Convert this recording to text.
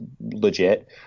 legit